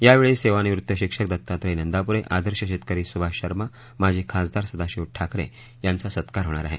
यावेळी सेवानिवृत्त शिक्षक दत्तात्रय नंदापुरे आदर्श शेतकरी सुभाष शर्मा माजी खासदार सदाशिव ठाकरे यांचा सत्कार होणार आहे